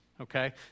okay